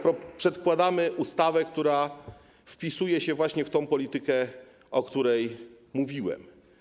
Przedkładamy ustawę, która wpisuje się właśnie w tę politykę, o której mówiłem.